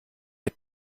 mit